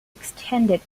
extended